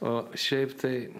o šiaip tai